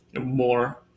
more